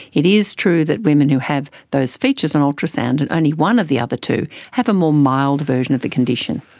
it is true that women who have those features on and ultrasound and only one of the other two have a more mild version of the condition.